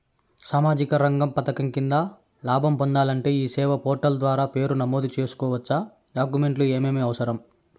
సామాజిక రంగ పథకం కింద లాభం పొందాలంటే ఈ సేవా పోర్టల్ ద్వారా పేరు నమోదు సేసుకోవచ్చా? డాక్యుమెంట్లు ఏమేమి అవసరం?